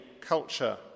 culture